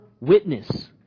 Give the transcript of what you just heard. witness